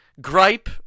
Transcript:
gripe